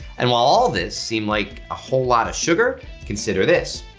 and while all this seem like a whole lot of sugar consider this,